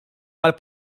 mal